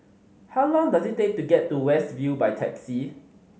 how long does it take to get to West View by taxi